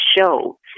show